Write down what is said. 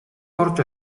орж